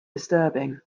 disturbing